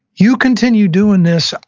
you continue doing this,